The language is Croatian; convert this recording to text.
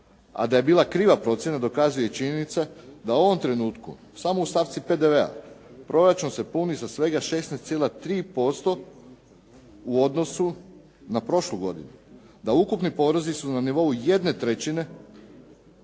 a da je bila kriva procjena dokazuje i činjenica da u ovom trenutku samo u stavci PDV-a proračun se puni sa svega 16,3% u odnosu na prošlu godinu, da ukupni porezi su na nivou 1/3 istog